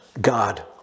God